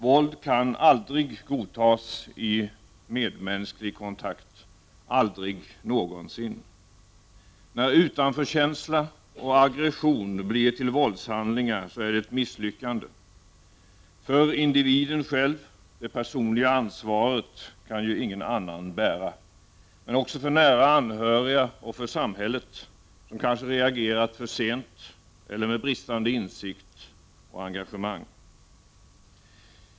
Våld kan aldrig godtas i medmänsklig kontakt — aldrig någonsin. När utanförkänsla och aggression blir till våldshandlingar är det ett misslyckande för individen själv — det personliga ansvaret kan ju ingen annan bära — men också för nära anhöriga och för samhället, som kanske reagerat för sent eller med bristande insikt och engagemang.